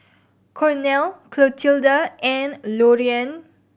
Cornel Clotilda and Loriann